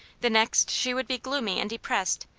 the next she would be gloomy and depressed,